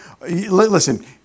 Listen